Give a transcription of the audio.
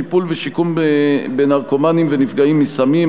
טיפול ושיקום בנרקומנים ונפגעים מסמים,